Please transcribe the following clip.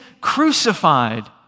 crucified